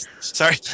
Sorry